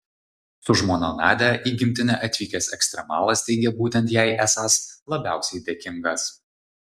su žmona nadia į gimtinę atvykęs ekstremalas teigė būtent jai esąs labiausiai dėkingas